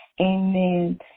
Amen